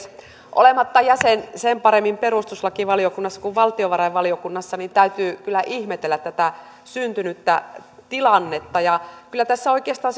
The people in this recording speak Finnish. olematta jäsen sen paremmin perustuslakivaliokunnassa kuin valtiovarainvaliokunnassa täytyy kyllä ihmetellä tätä syntynyttä tilannetta kyllä tässä oikeastaan